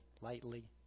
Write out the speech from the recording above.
lightly